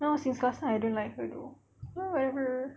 ya since last time I don't like her though oh whatever